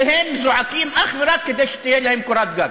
שהם זועקים אך ורק כדי שתהיה להם קורת-גג.